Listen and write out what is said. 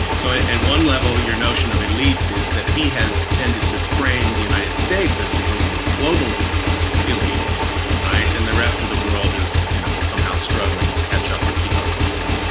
so at one level, your notion of elites is that he has tended to frame the united states as a group of global elites. right. and the rest of the world is, you know, somehow struggling to catch up or keep up with us.